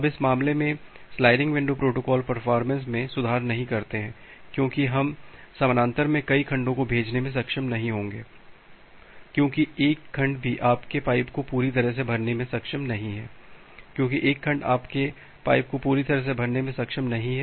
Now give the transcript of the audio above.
अब इस मामले में स्लाइडिंग विंडो प्रोटोकॉल परफॉरमेंस में सुधार नहीं करते हैं क्योंकि हम समानांतर में कई खंडों को भेजने में सक्षम नहीं होंगे क्योंकि एक खंड भी आपके पाइप को पूरी तरह से भरने में सक्षम नहीं है क्योंकि एक खंड आपके पाइप को पूरी तरह से भरने में सक्षम नहीं है